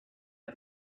are